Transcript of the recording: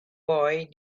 boy